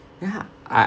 then uh I